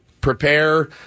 prepare